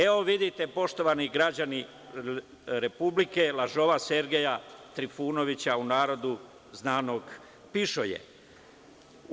Evo, vidite poštovani građani Republike, lažova Sergeja Trifunovića, u narodu zvanog pišoje.